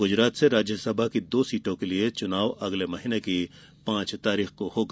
गुजरात से राज्यसभा की दो सीटों के लिए चुनाव अगले महीने की पांच तारीख को होगा